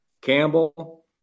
Campbell